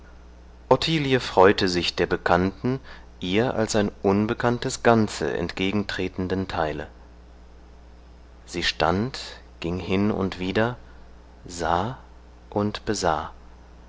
freute sich der bekannten ihr als ein unbekanntes ganze entgegentretenden teile sie stand ging hin und wider sah und besah